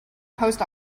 post